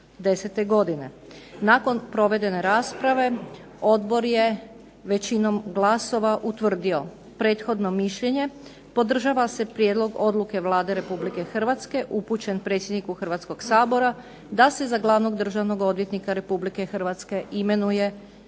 Nakon provedene rasprave odbor je većinom glasova utvrdio prethodno mišljenje. Podržava se prijedlog odluke Vlade Republike Hrvatske upućen predsjedniku Hrvatskog sabora da se za glavnog državnog odvjetnika RH imenuje Mladen